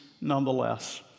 nonetheless